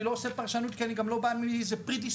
לא עושה פרשנות כי אני גם לא בא מאיזה פרדיספוזיציה,